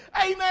Amen